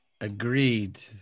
Agreed